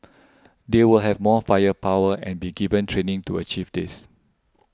they will have more firepower and be given training to achieve this